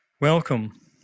welcome